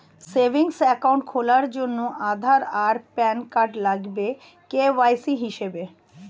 savings account খোলার জন্যে আধার আর প্যান কার্ড লাগবে কে.ওয়াই.সি হিসেবে